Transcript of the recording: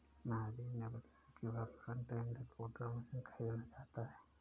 महावीर ने बताया कि वह फ्रंट एंड लोडर मशीन खरीदना चाहता है